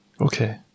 Okay